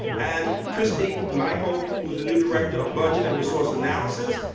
and kristy michel, who's the new director of budget and resource analysis,